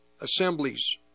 assemblies